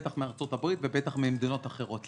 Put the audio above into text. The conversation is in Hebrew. בטח מארצות-הברית ובטח ממדינות אחרות.